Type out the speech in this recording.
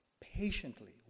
patiently